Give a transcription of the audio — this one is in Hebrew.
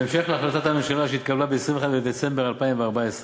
1 3. בהמשך להחלטת הממשלה שהתקבלה ב-21 בדצמבר 2014,